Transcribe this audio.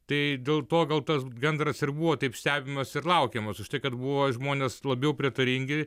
tai dėl to gal tas gandras ir buvo taip stebimas ir laukiamas už tai kad buvo žmonės labiau prietaringi